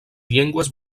llengües